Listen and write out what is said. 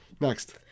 Next